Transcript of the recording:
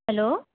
hello